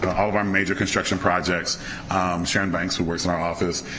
all of our major construction projects sharon banks, who works in our office,